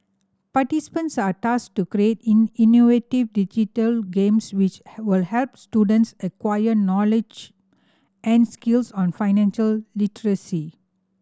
participants are tasked to create innovative digital games which will help students acquire knowledge and skills on financial literacy